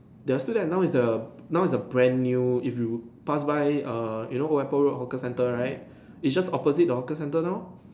they're still there now is a now is a brand new if you pass by err you know Old Airport Road hawker centre right it's just opposite the hawker centre now lor